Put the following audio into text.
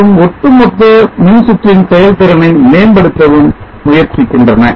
மற்றும் ஒட்டுமொத்த மின்சுற்றின் செயல்திறனை மேம்படுத்தவும் முயற்சிக்கின்றன